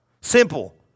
Simple